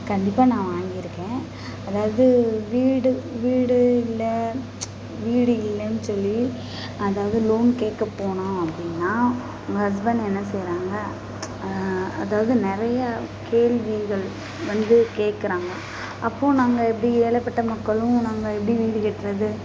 கண்டிப்பாக நான் வாங்கியிருக்கேன் அதாவது வீடு வீடு இல்லை வீடு இல்லைன்னு சொல்லி அதாவது லோன் கேட்க போனோம் அப்படின்னா உங்கள் ஹஸ்பெண்ட் என்ன செய்கிறாங்க அதாவது நிறைய கேள்விகள் வந்து கேக்குறாங்க அப்போது நாங்கள் எப்படி ஏழைப்பட்ட மக்களும் நாங்கள் எப்படி வீடு கட்டுறது